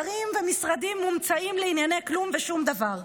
שרים ומשרדים מומצאים לענייני כלום ושום דבר: